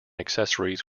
accessories